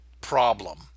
problem